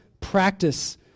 practice